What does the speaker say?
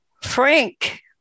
Frank